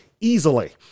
easily